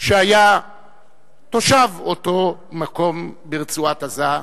שהיה תושב אותו מקום ברצועת-עזה,